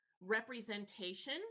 representation